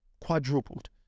quadrupled